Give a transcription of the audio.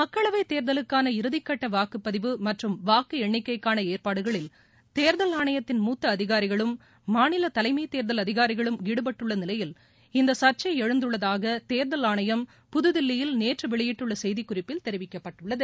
மக்களவை தேர்தலுக்கான இறுதிக்கட்ட வாக்குப்பதிவு மற்றும் வாக்கு எண்ணிக்கைக்கான ஏற்பாடுகளில் தேர்தல் ஆணையத்தின் முத்த அதிகாரிகளும் மாநில தலைமை தேர்தல் அதிகாரிகளும் ஈடுபட்டுள்ள நிலையில் இந்த சர்ச்சை எழுந்துள்ளதாக தேர்தல் ஆணையம் புதுதில்லியில் நேற்று வெளியிட்டுள்ள செய்திக்குறிப்பில் தெரிவிக்கப்பட்டுள்ளது